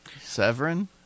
Severin